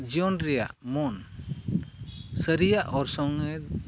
ᱡᱤᱭᱚᱱ ᱨᱮᱭᱟᱜ ᱢᱚᱱ ᱥᱟᱹᱨᱤᱭᱟᱜ ᱚᱨᱥᱚᱝᱼᱮ